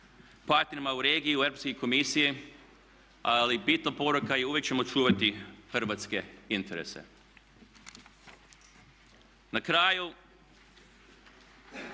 partnerima u regiji, u Europskoj komisiji, ali bit poroka je uvijek ćemo čuvati hrvatske interese. Na kraju